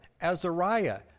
Azariah